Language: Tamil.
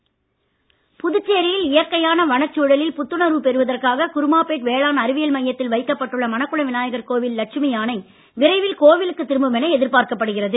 லட்சுமி யானை புதுச்சேரியில் இயற்கையான வனச் சூழலில் புத்துணர்வு பெறுவதற்காக குருமாப்பேட் வேளாண் அறிவியல் மையத்தில் வைக்கப்பட்டுள்ள மணக்குள விநாயகர் கோவில் லட்சுமி யானை விரைவில் கோவிலுக்கு திரும்பும் என எதிர்பார்க்கப்படுகிறது